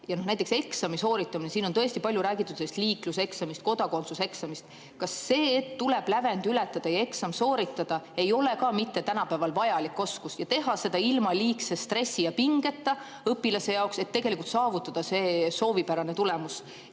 Näiteks eksami sooritamine. Siin on tõesti palju räägitud liikluseksamist, kodakondsuseksamist. Kas see, et tuleb lävend ületada ja eksam sooritada, ei ole tänapäeval mitte ka vajalik oskus? Seda tuleks teha ilma liigse stressi ja pingeta õpilase jaoks, et saavutada see soovipärane tulemus,